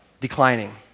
declining